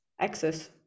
access